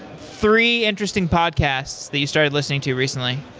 three interesting podcasts that you started listening to recently.